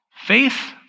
Faith